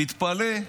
תתפלא,